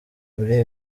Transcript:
muri